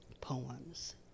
poems